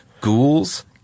ghouls